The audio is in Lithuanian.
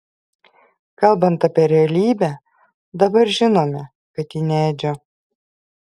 kalbant apie realybę dabar žinome kad ji ne edžio